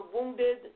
wounded